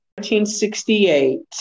1968